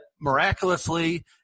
miraculously